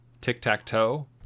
tic-tac-toe